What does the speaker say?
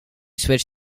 switch